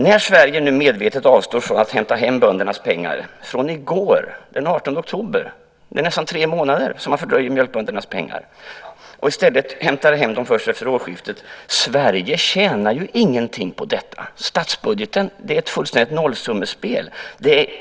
När Sverige nu medvetet avstår från att hämta hem böndernas pengar från den 18 oktober, som var i går - det är nästan tre månader som man fördröjer mjölkböndernas pengar - och i stället hämtar hem dem efter årsskiftet tjänar Sverige ingenting på detta. Det är ett fullständigt nollsummespel.